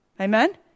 Amen